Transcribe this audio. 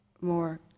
more